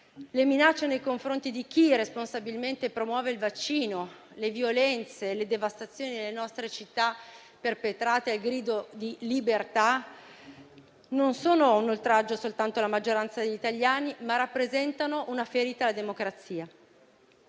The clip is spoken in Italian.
Le minacce nei confronti di chi responsabilmente promuove il vaccino, le violenze e le devastazioni nelle nostre città perpetrate al grido di "libertà" non sono soltanto un oltraggio alla maggioranza degli italiani, ma rappresentano una ferita alla democrazia.